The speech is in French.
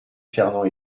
fernand